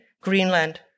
Greenland